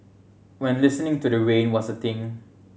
when listening to the rain was a thing